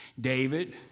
David